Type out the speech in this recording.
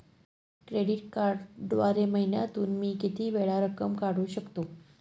Credit कार्डद्वारे महिन्यातून मी किती वेळा रक्कम काढू शकतो?